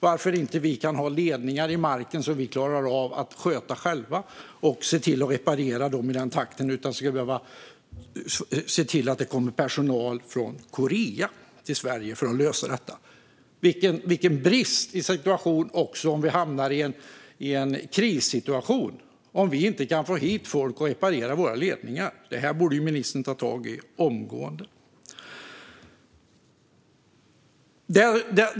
Varför kan vi inte ha ledningar i marken som vi själva klarar av att sköta och reparera i den takt som behövs utan att det ska behöva komma personal från Korea till Sverige? Det är ju också en brist om vi hamnar i en krissituation och inte kan få hit folk för att reparera våra ledningar. Det här borde ministern ta tag i omgående.